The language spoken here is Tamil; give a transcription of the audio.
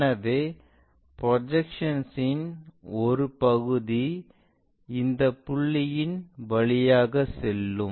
எனவே புரொடக்ஷன்ஸ் இன் ஒரு பகுதி இந்த புள்ளியின் வழியாக செல்லும்